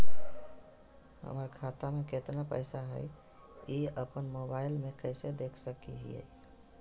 हमर खाता में केतना पैसा हई, ई अपन मोबाईल में कैसे देख सके हियई?